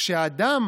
כשאדם